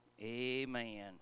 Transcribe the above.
Amen